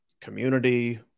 community